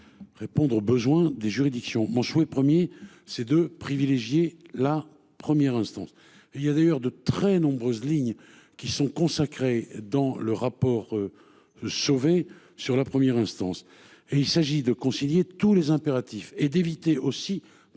Répondre aux besoins des juridictions premier c'est de privilégier la première instance et il y a d'ailleurs de très nombreuses lignes qui sont consacrés dans le rapport. Sauvé sur la première instance et il s'agit de concilier tous les impératifs et d'éviter aussi